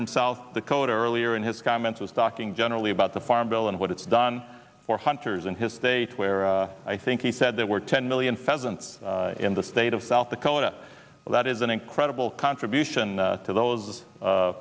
from south dakota earlier in his comments was talking generally about the farm bill and what it's done for hunters in his state where i think he said there were ten million pheasants in the state of south dakota that is an incredible contribution to those